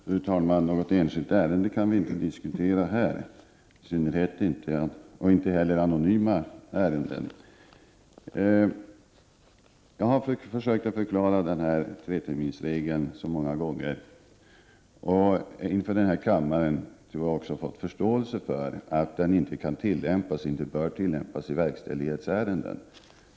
Fru talman! Något enskilt ärende kan vi inte diskutera här i kammaren, inte heller anonyma ärenden. Jag har försökt förklara denna treterminsregel så många gånger inför denna kammare. Jag har också fått förståelse för att den inte kan eller bör tillämpas i verkställighetsärenden.